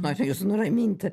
noriu jus nuraminti